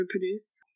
reproduce